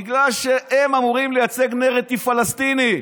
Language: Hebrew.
בגלל שהם אמורים לייצג נרטיב פלסטיני,